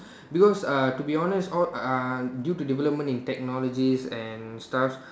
because uh to be honest all uh due to development in technologies and stuffs